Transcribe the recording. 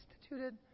instituted